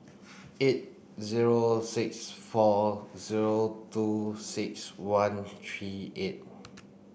eight zero six four zero two six one three eight